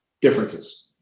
differences